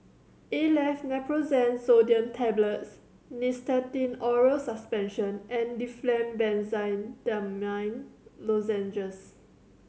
Aleve Naproxen Sodium Tablets Nystatin Oral Suspension and Difflam Benzydamine Lozenges